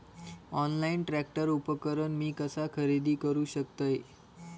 Online tractor उपकरण मी कसा खरेदी करू शकतय?